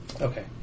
Okay